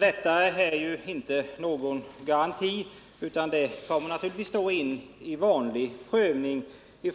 Detta är emellertid inte någon garanti, utan det kommer in under vanlig prövning